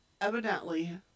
evidently